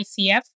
ICF